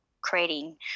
creating